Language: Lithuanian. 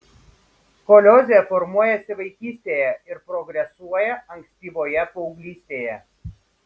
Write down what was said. skoliozė formuojasi vaikystėje ir progresuoja ankstyvoje paauglystėje